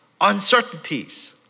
uncertainties